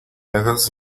hagas